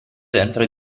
dentro